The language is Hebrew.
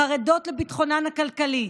חרדות לביטחונן הכלכלי.